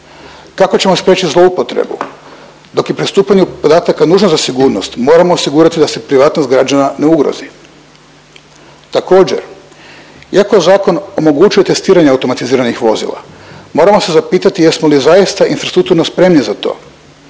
kako ćemo spriječiti zloupotrebu. Dok je pristupanju podataka nužno za sigurnost, moramo osigurati da se privatnost građana ne ugrozi. Također iako zakon omogućuje testiranje automatiziranih vozila, moramo se zapitati jesmo li zaista infrastrukturno spremni za to.